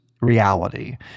reality